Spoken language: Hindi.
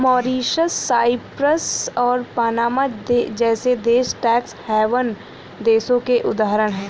मॉरीशस, साइप्रस और पनामा जैसे देश टैक्स हैवन देशों के उदाहरण है